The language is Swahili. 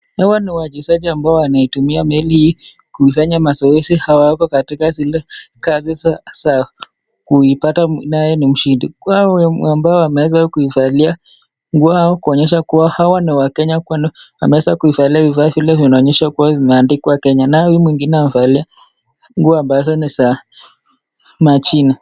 Hawa ni wajesaji ambao wanatumia meli hii, kufanyia mazoezi hawako katika zile, kazi za, za kuipata naye ni mshindi, kwao na ambaye ameweza kuivalia, nguo kuonyesha kuwa hawa ni wakenya kwani wameeza kuvalia vifaa vile ambao vimeandikwa Kenya, naye huyu mwingine amevalia, nguo ambazo ni za, machini.